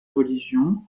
religion